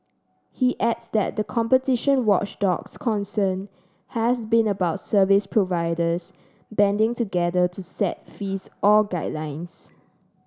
he adds that the competition watchdog's concern has been about service providers banding together to set fees or guidelines